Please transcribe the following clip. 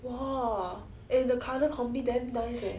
!wah! eh the colour combi damn nice eh